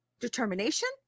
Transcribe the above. determination